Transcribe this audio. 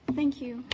thank you,